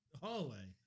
hallway